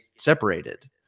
separated